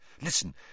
Listen